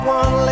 one